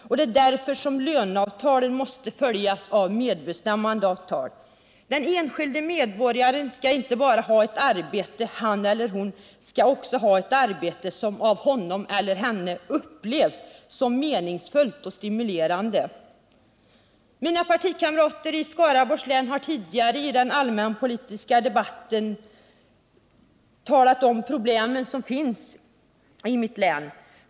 Och det är därför som löneavtalen måste följas av medbestämmandeavtal. Den enskilde medborgaren skall inte bara ha ett arbete. Han eller hon skall också ha ett arbete som av honom eller henne upplevs som meningsfullt och stimulerande. Mina partikamrater i Skaraborgs län har tidigare i den allmänpolitiska debatten talat om de problem som finns i mitt län.